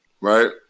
Right